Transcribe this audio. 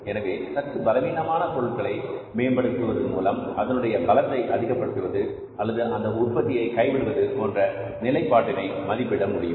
எனவே சற்று பலவீனமான பொருட்களை மேம்படுத்துவது மூலம் அதனுடைய பலத்தை அதிகப்படுத்துவது அல்லது அந்த உற்பத்தியை கைவிடுவது போன்ற நிலைப்பாட்டினை மதிப்பிட முடியும்